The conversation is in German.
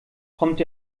kommt